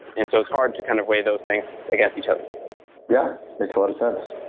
and so it's hard to kind of waive those things against each other yeah, makes a lot of sense.